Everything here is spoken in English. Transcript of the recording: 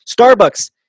Starbucks